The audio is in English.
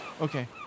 Okay